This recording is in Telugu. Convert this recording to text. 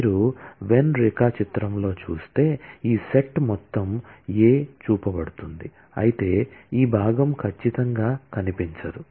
మీరు వెన్ రేఖాచిత్రంలో చూస్తే ఈ సెట్ మొత్తం A చూపబడుతుంది అయితే ఈ భాగం ఖచ్చితంగా కనిపించదు